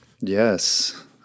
Yes